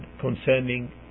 concerning